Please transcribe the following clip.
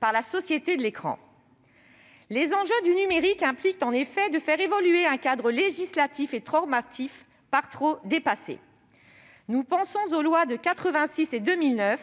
par la société de l'écran. Les enjeux du numérique impliquent, en effet, de faire évoluer un cadre législatif et normatif par trop dépassé. Nous pensons aux lois de 1986 et 2009,